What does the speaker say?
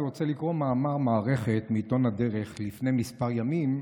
אני רוצה לקרוא מאמר מערכת מעיתון הדרך מלפני כמה ימים.